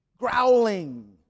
growling